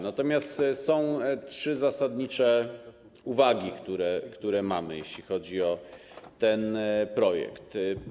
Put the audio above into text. Natomiast są trzy zasadnicze uwagi, które mamy, jeśli chodzi o ten projekt.